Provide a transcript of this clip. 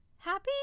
Happy